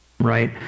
right